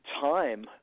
time